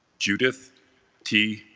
judith t.